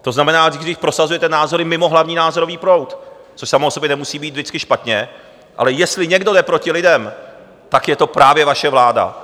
To znamená, když prosazujete názory mimo hlavní názorový proud, což samo o sobě nemusí být vždycky špatně, ale jestli někdo jde proti lidem, tak je to právě vaše vláda.